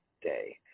day